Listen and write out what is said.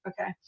Okay